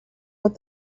with